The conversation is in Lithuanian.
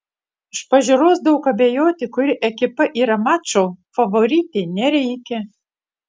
iš pažiūros daug abejoti kuri ekipa yra mačo favoritė nereikia